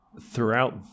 throughout